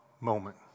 moment